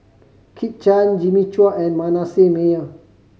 Kit Chan Jimmy Chua and Manasseh Meyer